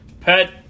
pet